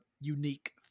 unique